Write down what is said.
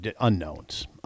unknowns